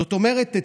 זאת אומרת,